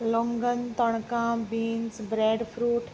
लोंगन तणकां beans bread fruit